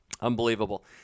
Unbelievable